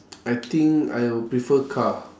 I think I will prefer car